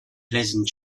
pleasant